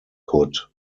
could